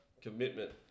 Commitment